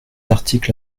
article